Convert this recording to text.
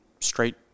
straight